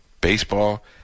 baseball